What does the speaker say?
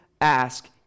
ask